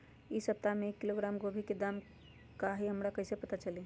इ सप्ताह में एक किलोग्राम गोभी के दाम का हई हमरा कईसे पता चली?